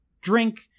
drink